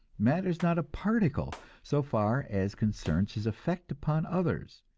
matters not a particle so far as concerns his effect upon others.